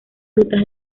rutas